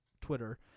Twitter